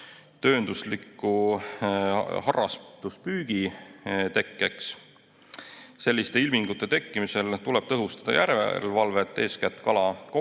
tööndusliku harrastuspüügi tekkeks. Selliste ilmingute tekkimisel tuleb tõhustada järelevalvet eeskätt kala